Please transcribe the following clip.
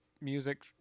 music